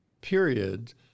period